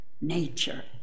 nature